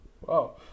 Wow